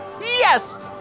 Yes